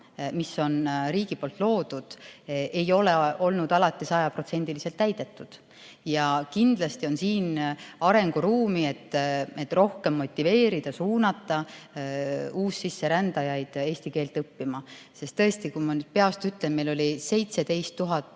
mis on riigi poolt loodud, alati sajaprotsendiliselt täidetud. Kindlasti on siin arenguruumi, et rohkem motiveerida ja suunata uussisserändajaid eesti keelt õppima. Sest tõesti, kui ma nüüd peast ütlen, meil oli 17 000